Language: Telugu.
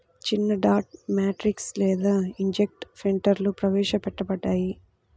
చిన్నడాట్ మ్యాట్రిక్స్ లేదా ఇంక్జెట్ ప్రింటర్లుప్రవేశపెట్టబడ్డాయి